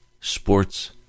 sports